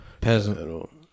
peasant